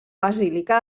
basílica